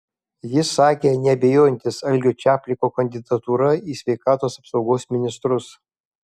jis sakė neabejojantis algio čapliko kandidatūra į sveikatos apsaugos ministrus